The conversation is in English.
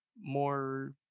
more